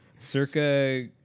Circa